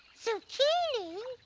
zucchini?